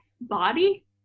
body